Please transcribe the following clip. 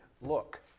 look